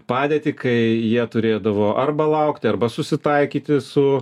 padėtį kai jie turėdavo arba laukti arba susitaikyti su